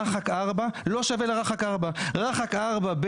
רח"ק 4 לא שווה לרח"ק 4. רח"ק 4,